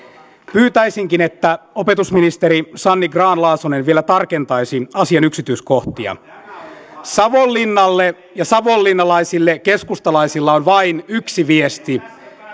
pyytäisinkin että opetusministeri sanni grahn laasonen vielä tarkentaisi asian yksityiskohtia savonlinnalle ja savonlinnalaisille keskustalaisilla on vain yksi viesti